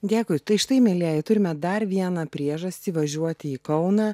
dėkui tai štai mielieji turime dar vieną priežastį važiuoti į kauną